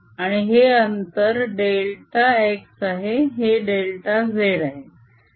आणि हे अन्तर डेल्टा x आहे हे डेल्टा z आहे